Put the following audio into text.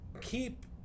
keep